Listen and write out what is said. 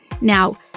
Now